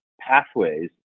pathways